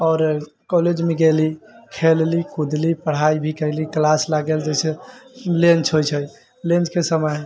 आओर कॉलेजमे गेली खेलली कूदली पढ़ाइ भी कयली क्लास लागल जे लंच होय छै लंच के समय